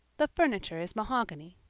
the furniture is mahogany.